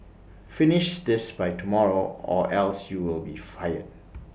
finish this by tomorrow or else you'll be fired